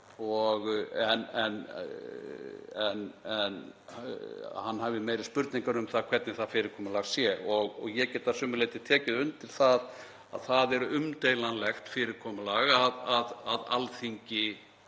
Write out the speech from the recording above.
en hann hafi meiri spurningar um hvernig það fyrirkomulag sé. Ég get að sumu leyti tekið undir það að það er umdeilanlegt fyrirkomulag að Alþingi